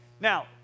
Now